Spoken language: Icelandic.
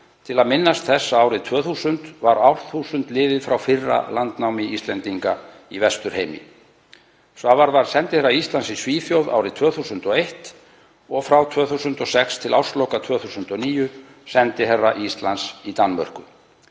til að minnast þess að árið 2000 var árþúsund liðið frá fyrra landnámi Íslendinga í Vesturheimi. Svavar varð sendiherra Íslands í Svíþjóð árið 2001 og frá 2006 til ársloka 2009 sendiherra Íslands í Danmörku.